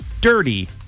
dirty